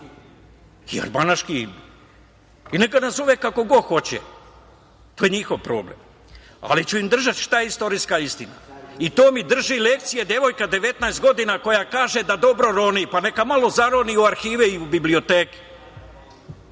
i neka nazove kako god hoće. To je njihov problem, ali ću im držati šta je istorijska istina. I to mi drži lekcije devojka 19 godina, koja kaže da dobro roni. Pa, neka malo zaroni u arhive i u biblioteke.